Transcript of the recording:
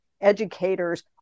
educators